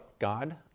God